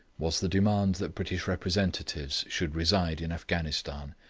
was the demand that british representatives should reside in afghanistan,